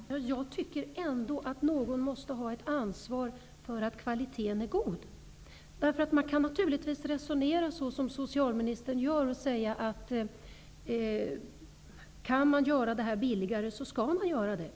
Herr talman! Jag tycker ändå att någon måste ha ett ansvar för att kvaliteten är god. Man kan naturligtvis resonera som socialministern gör och säga att man skall göra verksamheten billigare om man kan göra det.